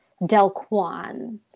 Delquan